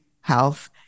health